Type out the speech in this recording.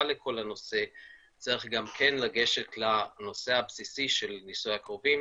לכל הנושא צריך גם לגשת לנושא הבסיסי של נישואי הקרובים.